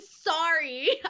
sorry